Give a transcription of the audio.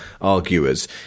arguers